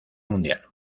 mundial